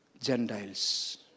Gentiles